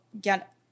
get